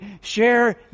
share